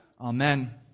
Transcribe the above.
Amen